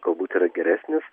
galbūt yra geresnis